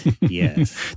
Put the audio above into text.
Yes